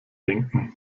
denken